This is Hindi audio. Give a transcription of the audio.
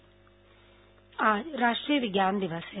राष्ट्रीय विज्ञान दिवस आज राष्ट्रीय विज्ञान दिवस है